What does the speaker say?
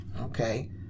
Okay